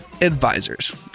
advisors